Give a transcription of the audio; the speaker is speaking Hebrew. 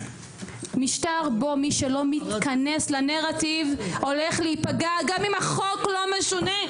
משטר בו מי שלא מתכנס לנרטיב הולך להיפגע גם אם החוק לא משונה,